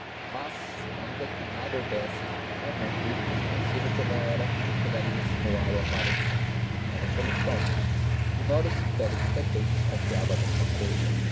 mas ainda que nada houvesse raimundo expansivo como era chegaria a insinuá lo à parente era uma solução ignoro se félix também desconfiava a mesma cousa